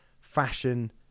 Fashion